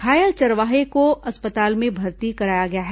घायल चरवाहे को अस्पताल में भर्ती कराया है